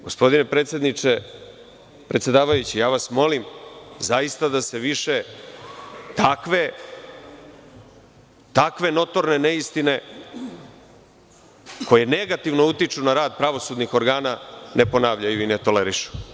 Gospodine predsedavajući, molim vas da se zaista više takve notorne neistine koje negativno utiču na rad pravosudnih organa ne ponavljaju i ne tolerišu.